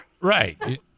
Right